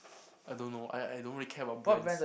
I don't know I I don't really care about brands